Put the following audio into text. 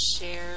share